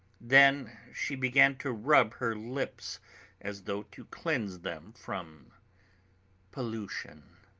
then she began to rub her lips as though to cleanse them from pollution.